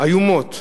איומות